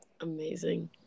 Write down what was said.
Amazing